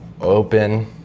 open